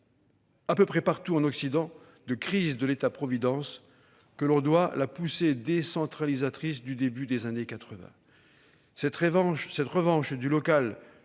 à peu près partout en Occident de crise de l'État-providence que l'on doit la poussée décentralisatrice du début des années 1980. Cette revanche du local